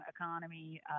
economy